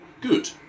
good